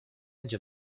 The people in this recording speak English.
edge